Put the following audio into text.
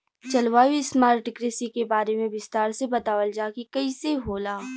जलवायु स्मार्ट कृषि के बारे में विस्तार से बतावल जाकि कइसे होला?